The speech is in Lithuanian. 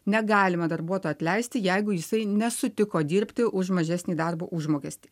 negalima darbuotojo atleisti jeigu jisai nesutiko dirbti už mažesnį darbo užmokestį